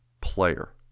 player